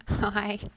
Hi